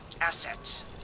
asset